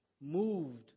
moved